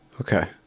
Okay